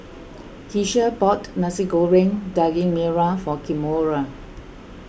Keshia bought Nasi Goreng Daging Merah for Kimora